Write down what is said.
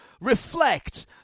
reflect